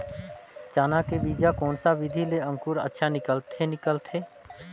चाना के बीजा कोन सा विधि ले अंकुर अच्छा निकलथे निकलथे